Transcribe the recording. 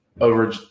over